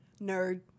Nerd